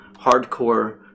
hardcore